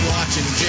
Watching